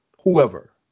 whoever